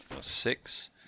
Six